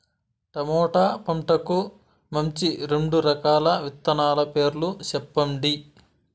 tomato పంటకు మంచి రెండు రకాల విత్తనాల పేర్లు సెప్పండి